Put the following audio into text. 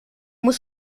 muss